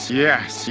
yes